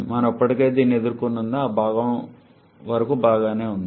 మనము ఇప్పటికే దీనిని ఎదుర్కొన్నందున ఆ భాగం వరకు బాగానే ఉంది